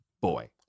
boy